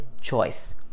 choice